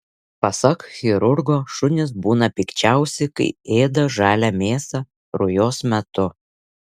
pasak chirurgo šunys būna pikčiausi kai ėda žalią mėsą rujos metu